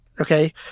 Okay